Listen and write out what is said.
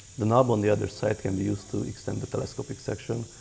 the knob on the other side can be used to extend the telescopic section,